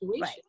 Right